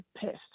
pest